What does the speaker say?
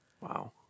Wow